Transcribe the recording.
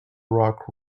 rock